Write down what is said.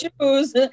choose